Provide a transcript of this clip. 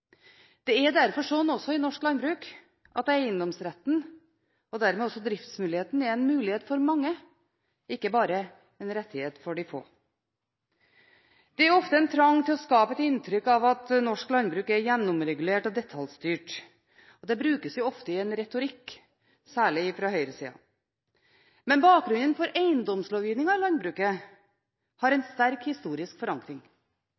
Det er derfor slik i norsk landbruk at eiendomsretten – og dermed også driftsmuligheten – er en mulighet for mange, ikke bare en rettighet for de få. Det er ofte en trang til å skape et inntrykk av at norsk landbruk er gjennomregulert og detaljstyrt. Det brukes ofte i en retorikk, særlig fra høyresiden. Men eiendomslovgivningen i landbruket har en sterk historisk forankring.